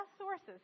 sources